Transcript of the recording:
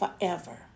forever